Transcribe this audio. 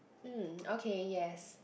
mm okay yes